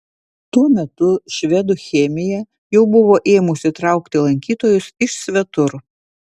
tuo metu švedų chemija jau buvo ėmusi traukti lankytojus iš svetur